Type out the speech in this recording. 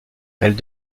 elles